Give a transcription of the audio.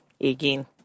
again